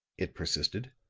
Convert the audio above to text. it persisted.